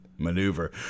maneuver